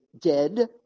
dead